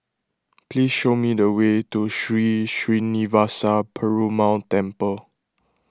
please show me the way to Sri Srinivasa Perumal Temple